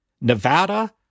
Nevada